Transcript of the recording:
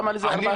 למה זה 4%?